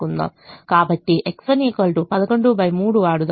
కాబట్టి X1 113 వాడుదాం